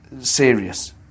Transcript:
serious